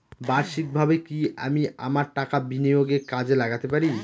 বার্ষিকভাবে কি আমি আমার টাকা বিনিয়োগে কাজে লাগাতে পারি?